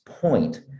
point